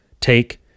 Take